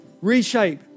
reshape